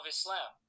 Islam